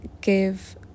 give